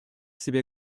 себе